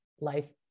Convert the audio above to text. life